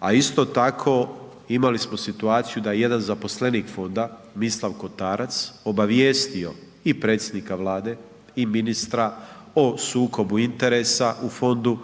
a isto tako imali smo situaciju da je jedan zaposlenik fonda Mislav Kotarac obavijestio i predsjednika Vlade i ministra o sukobu interesa u fondu.